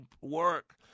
work